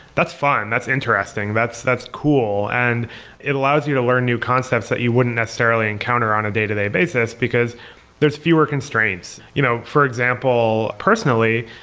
that's fun, that's interesting, that's that's cool. and it allows you to learn new concepts that you wouldn't necessarily encounter on a day-to-day basis, because there's fewer constraints. you know for example, personally,